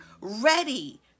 ready